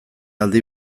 aldi